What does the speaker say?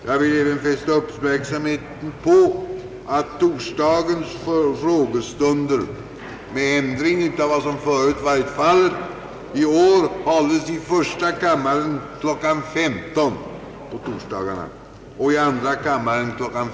Jag vill fästa uppmärksamheten på att torsdagarnas frågestunder, med ändring av vad som förut varit fallet, i år hålls i första kammaren kl.